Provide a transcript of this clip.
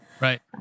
Right